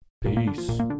peace